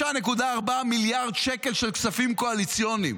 5.4 מיליארד שקל של כספים קואליציוניים,